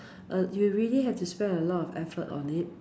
uh you really have to spend a lot of effort on it